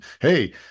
Hey